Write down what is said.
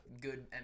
good